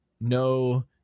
no –